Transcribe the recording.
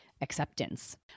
acceptance